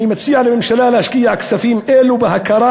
אני מציע לממשלה להשקיע כספים אלו בהכרה